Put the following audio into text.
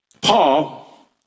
Paul